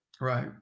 Right